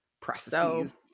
Processes